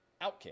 OutKick